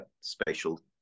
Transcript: spatial